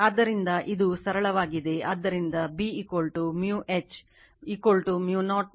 ಆದ್ದರಿಂದ ಇದು ಸರಳವಾಗಿದೆ ಆದ್ದರಿಂದ B μ H μ 0 μ r ಮತ್ತು Φ BA